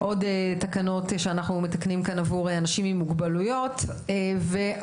עוד תקנות שאנחנו מתקנים כאן עבור אנשים עם מוגבלויות ואנחנו,